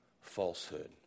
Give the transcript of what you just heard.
falsehood